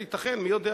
וייתכן, מי יודע?